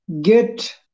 get